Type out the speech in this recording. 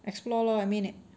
explore lor I mean like